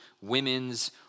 women's